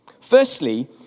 Firstly